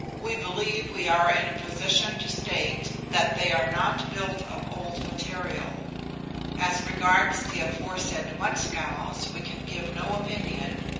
we believe we are in a position to state that they are not built of old material as regards the aforesaid mudscows we can give no opinion,